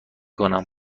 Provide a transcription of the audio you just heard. کنم